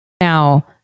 Now